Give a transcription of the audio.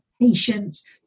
patients